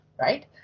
right